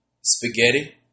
spaghetti